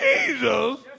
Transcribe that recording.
Jesus